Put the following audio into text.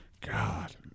God